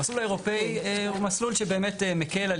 המסלול האירופי הוא מסלול שבאמת מקל על